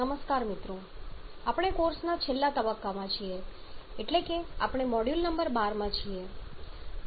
નમસ્કાર મિત્રો આપણે આપણા કોર્સના છેલ્લા તબક્કામાં છીએ એટલે કે આપણે મોડ્યુલ નંબર 12 માં છીએ